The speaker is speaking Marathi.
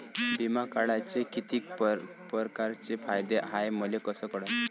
बिमा काढाचे कितीक परकारचे फायदे हाय मले कस कळन?